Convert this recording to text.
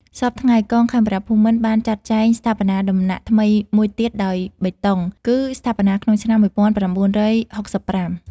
សព្វថ្ងៃ កងខេមរភូមិន្ទ បានចាត់ចែងស្ថាបនាដំណាក់ថ្មីមួយទៀតដោយបេតុង គឺស្ថាបនាក្នុងឆ្នាំ ១៩៦៥។